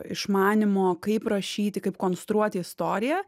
išmanymo kaip rašyti kaip konstruoti istoriją